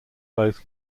both